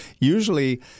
Usually